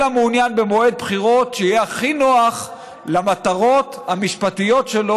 אלא מעוניין במועד בחירות שיהיה הכי נוח למטרות המשפטיות שלו,